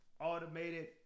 automated